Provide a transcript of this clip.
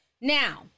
Now